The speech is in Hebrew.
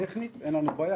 טכנית אין לנו בעיה,